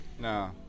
No